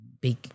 big